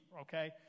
okay